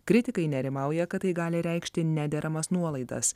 kritikai nerimauja kad tai gali reikšti nederamas nuolaidas